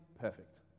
perfect